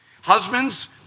Husbands